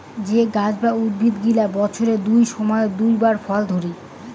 যে গাছ বা উদ্ভিদ গিলা বছরের দুই সময়ত দুই বার ফল ধরি